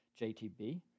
JTB